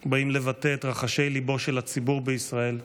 באים לבטא את רחשי ליבו של הציבור בישראל,